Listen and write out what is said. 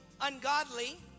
ungodly